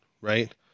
right